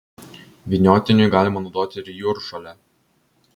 vyniotiniui galima naudoti ir jūržolę